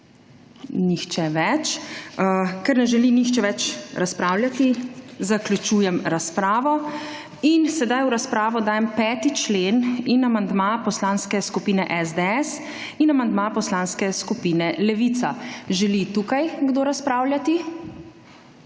Nihče več. Ker ne želi nihče več razpravljati, zaključujem razpravo. In sedaj v razpravo dajem 5. člen in amandma Poslanske skupine SDS in amandma Poslanske skupine Levica. Želi tukaj kdo razpravljati?